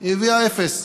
אפס, היא הביאה אפס.